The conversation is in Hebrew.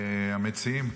המציעים,